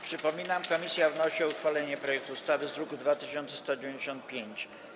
Przypominam, że komisja wnosi o uchwalenie projektu ustawy z druku nr 2195.